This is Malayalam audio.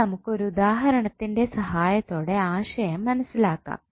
ഇനി നമുക്ക് ഒരു ഉദാഹരണത്തിൻറെ സഹായത്തോടെ ആശയം മനസ്സിലാക്കാം